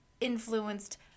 influenced